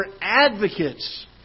advocates